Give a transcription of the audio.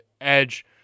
Edge